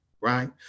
right